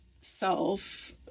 self